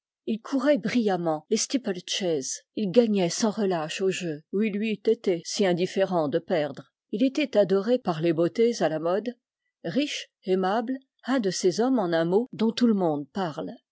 il courait brillamment les steeple chases il gagnait sans relâche au jeu où il lui eût été si indiffèrent de perdre il était adoré par les beautés à la mode riche aimable un de ces hommes en un mot dont tout le monde parle